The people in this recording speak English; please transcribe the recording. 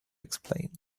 explained